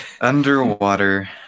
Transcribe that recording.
Underwater